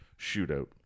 shootout